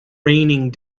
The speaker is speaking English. raining